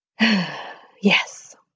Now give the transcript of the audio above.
Yes